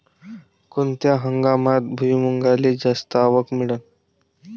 कोनत्या हंगामात भुईमुंगाले जास्त आवक मिळन?